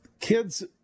kids